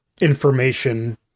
information